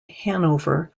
hanover